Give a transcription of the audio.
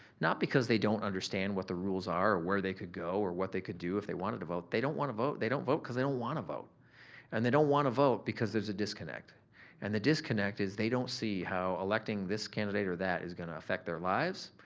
not because they don't understand what the rules are or where they could go or what they could do, if they wanted to vote. they don't wanna vote. they don't vote cause they don't wanna vote and they don't wanna vote because there's a disconnect and the disconnect is they don't see how electing this candidate or that is gonna affect their lives.